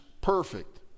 perfect